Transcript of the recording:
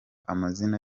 amazina